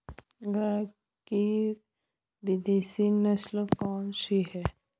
गाय की विदेशी नस्ल कौन सी है?